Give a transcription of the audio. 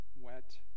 wet